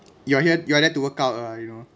you are here you are there to work out ah you know